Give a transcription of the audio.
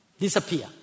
Disappear